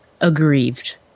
aggrieved